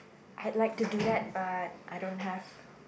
I'd like to do that but I don't have